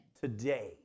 today